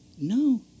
No